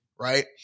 right